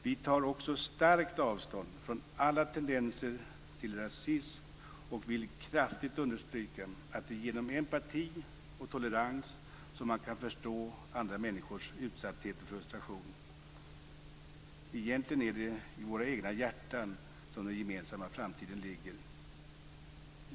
Vi tar också starkt avstånd från alla tendenser till rasism och vill kraftigt understryka att det är genom empati och tolerans som man kan förstå andra människors utsatthet och frustration. Egentligen är det i våra egna hjärtan som den gemensamma framtiden ligger.